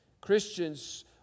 Christians